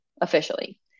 officially